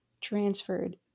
transferred